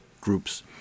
groups